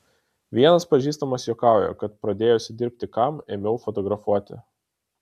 vienas pažįstamas juokauja kad pradėjusi dirbti kam ėmiau fotografuoti